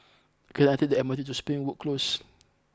can I take the M R T to Springwood Close